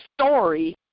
story